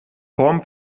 form